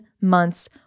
months